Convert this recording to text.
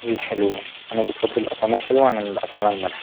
الأطعمة الحلوة أنا بفضل الأطعمة الحلوة عن الأطعمة المالحة.